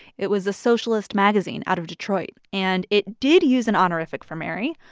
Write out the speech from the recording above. it was a socialist magazine out of detroit. and it did use an honorific for mary,